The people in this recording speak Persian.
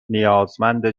نیازمند